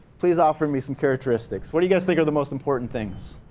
please offer me some characteristics. what do you guys think are the most important things?